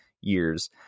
years